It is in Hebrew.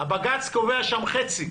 הבג"ץ קובע שם חצי.